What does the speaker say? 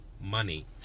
money